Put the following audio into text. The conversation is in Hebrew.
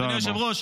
אדוני היושב-ראש,